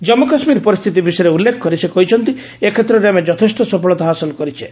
ଜାନ୍ମୁ କାଶ୍ମୀର ପରିସ୍ଥିତି ବିଷୟରେ ଉଲ୍ଲେଖ କରି ସେ କହିଛନ୍ତି ଏ କ୍ଷେତ୍ରରେ ଆମେ ଯଥେଷ୍ଟ ସଫଳତା ହାସଲ କରିଛେ